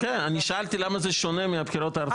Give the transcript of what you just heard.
כן, אני שאלתי למה זה שונה מהבחירות הארציות?